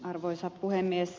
arvoisa puhemies